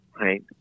right